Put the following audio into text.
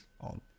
on